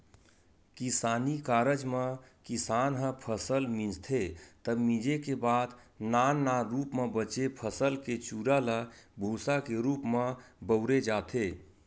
किसानी कारज म किसान ह फसल मिंजथे तब मिंजे के बाद नान नान रूप म बचे फसल के चूरा ल भूंसा के रूप म बउरे जाथे